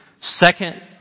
second